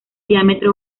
diámetro